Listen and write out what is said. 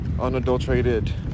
unadulterated